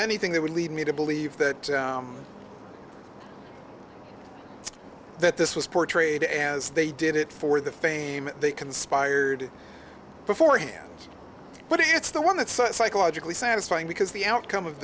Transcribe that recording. anything that would lead me to believe that that this was portrayed as they did it for the fame they conspired beforehand but it's the one that's psychologically satisfying because the outcome of